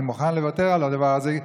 אני מוכן לוותר על הדבר הזה,